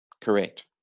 Correct